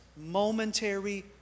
momentary